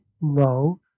low